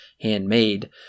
handmade